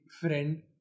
friend